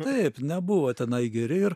taip nebuvo tenai geri ir